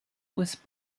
was